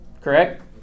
Correct